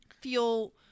feel